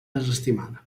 desestimada